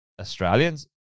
Australians